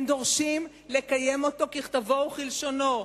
הם דורשים לקיים אותו ככתבו וכלשונו.